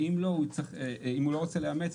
ואם הוא לא רוצה לאמץ,